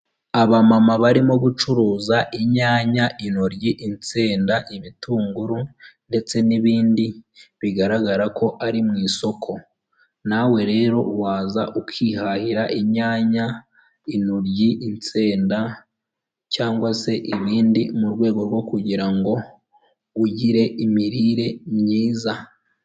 Abamama barimo gucuruza inyanya, intoryi, insenda, ibitunguru ndetse n'ibindi bigaragara ko ari mu isoko. Nawe rero waza ukihahira inyanya, intoryi, insenda cyangwa se ibindi, mu rwego rwo kugirango ugire imirire myiza.